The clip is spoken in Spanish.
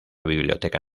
biblioteca